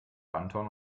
anton